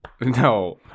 no